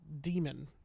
demon